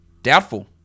Doubtful